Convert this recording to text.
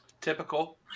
Typical